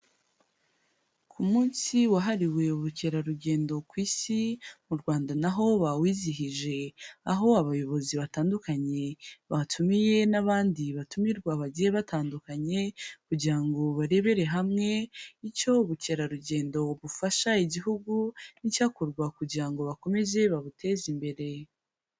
Ku munsi wahariwe ubukerarugendo ku isi mu Rwanda naho bawizihije, aho abayobozi batandukanye batumiye n'abandi batumirwa bagiye batandukanye kugira ngo barebere hamwe icyo ubukerarugendo bufasha igihugu n'icyakorwa kugira ngo bakomeze babuteze imbere.